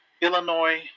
illinois